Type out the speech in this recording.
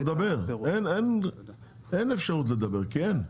אבל הוא צריך לדבר, אין אפשרות לדבר כי אין.